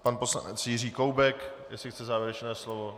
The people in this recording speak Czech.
Pan poslanec Jiří Koubek, jestli chce závěrečné slovo.